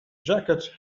jacket